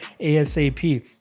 ASAP